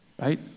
right